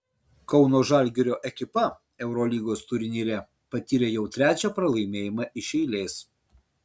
kauno žalgirio ekipa eurolygos turnyre patyrė jau trečią pralaimėjimą iš eilės